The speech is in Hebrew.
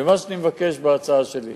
ומה שאני מבקש בהצעה שלי,